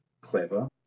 clever